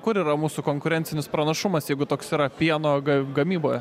kur yra mūsų konkurencinis pranašumas jeigu toks yra pieno ga gamyboje